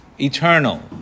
eternal